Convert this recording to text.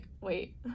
wait